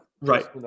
right